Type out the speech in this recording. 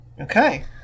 Okay